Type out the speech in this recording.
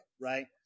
right